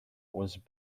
was